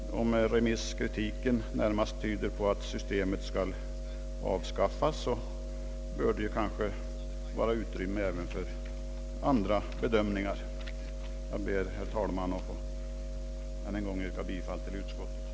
även om remisskritiken närmast tyder på att systemet bör avskaffas, bör det väl kanske vara utrymme också för andra bedömningar. Jag ber, herr talman, ännu en gång att få yrka bifall till utskottets förslag.